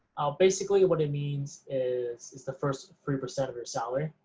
basically, what it means is it's the first three percent of your salary.